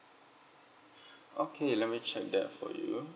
okay let me check that for you